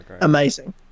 amazing